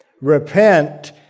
Repent